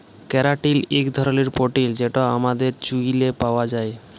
ক্যারাটিল ইক ধরলের পোটিল যেট আমাদের চুইলে পাউয়া যায়